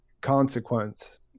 consequence